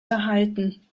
verhalten